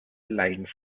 lines